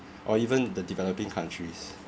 or even the developing countries